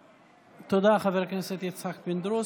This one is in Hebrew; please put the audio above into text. תודה, חבר הכנסת יצחק פינדרוס.